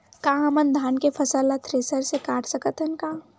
का हमन धान के फसल ला थ्रेसर से काट सकथन का?